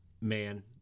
man